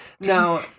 Now